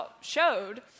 showed